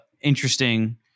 interesting